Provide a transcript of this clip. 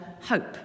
hope